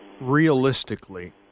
realistically